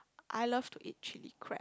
I love to eat chilli crab